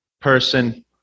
person